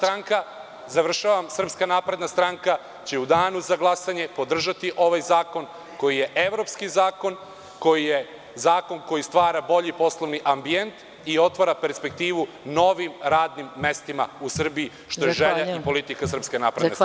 Završavam, SNS će u Danu za glasanje podržati ovaj zakon koji je evropski zakon, koji je zakon koji stvara bolji poslovni ambijent i otvara perspektivu novim radnim mestima u Srbiji, što je želja i politika SNS.